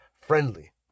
friendly